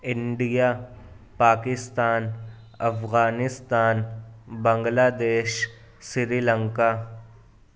India Pakistan Afghanistan Bangladesh Sri Lanka